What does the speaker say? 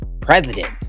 President